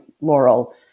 Laurel